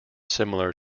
similar